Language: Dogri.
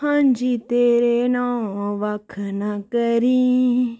हां जी तेरे नांऽ बक्ख ना करीं